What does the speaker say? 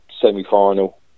semi-final